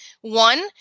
one